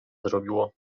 zrobiło